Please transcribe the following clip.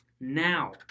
Now